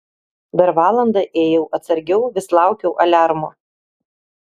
dar valandą ėjau atsargiau vis laukiau aliarmo